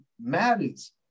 matters